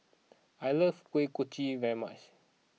I like Kuih Kochi very much